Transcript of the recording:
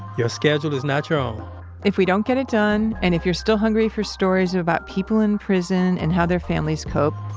your schedule is not your own if we don't get it done and if you're still hungry for stories about people in prison and how their families cope,